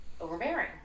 overbearing